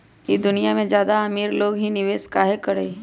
ई दुनिया में ज्यादा अमीर लोग ही निवेस काहे करई?